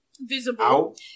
visible